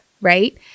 Right